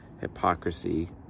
hypocrisy